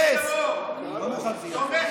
התנוסס, אני לא מוכן שזה יהיה על חשבון זמני.